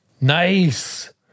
nice